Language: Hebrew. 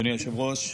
אדוני היושב-ראש,